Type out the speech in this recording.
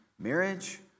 marriage